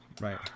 Right